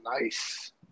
nice